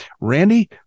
Randy